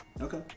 Okay